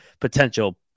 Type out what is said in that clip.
potential